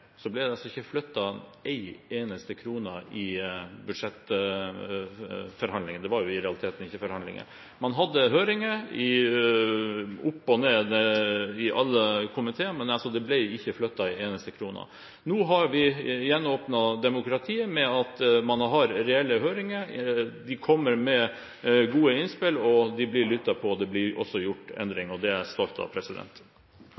så ble det altså ikke flyttet en eneste krone i budsjettforhandlingene; det var jo i realiteten ikke forhandlinger. Man hadde høringer – opp og ned i alle komiteer – men det ble altså ikke flyttet en eneste krone. Nå har vi gjenåpnet demokratiet med at man har reelle høringer, der det kommer gode innspill som blir lyttet til, og det blir også gjort